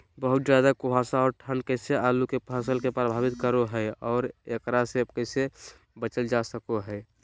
बहुत ज्यादा कुहासा और ठंड कैसे आलु के फसल के प्रभावित करो है और एकरा से कैसे बचल जा सको है?